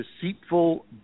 deceitful